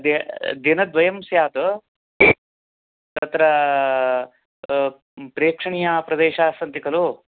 दि दिनद्वयं स्यात् तत्र प्रेक्षणीयाः प्रदेशास्सन्ति खलु